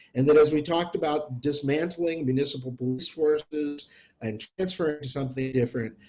and then, as we talked about, dismantling municipal police forces and transferring to something different.